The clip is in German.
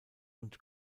und